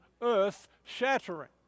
earth-shattering